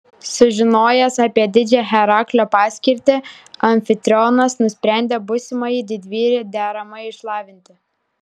sužinojęs apie didžią heraklio paskirtį amfitrionas nusprendė būsimąjį didvyrį deramai išlavinti